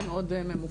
היא מאוד ממוקדת.